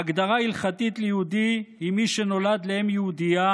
ההגדרה הלכתית ליהודי היא: מי שנולד לאם יהודייה